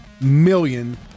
million